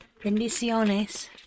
Bendiciones